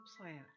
plant